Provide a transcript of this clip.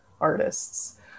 artists